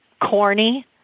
corny